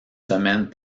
semaines